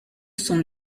son